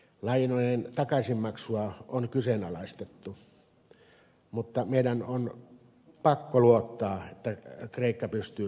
lainojen takaisinmaksua on kyseenalaistettu mutta meidän on pakko luottaa että kreikka pystyy sen hoitamaan